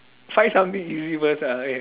find something easy first ah okay